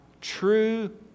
true